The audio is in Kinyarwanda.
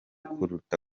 kuruta